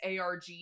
ARG